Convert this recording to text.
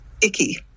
icky